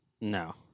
No